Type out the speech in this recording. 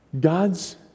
God's